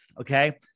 okay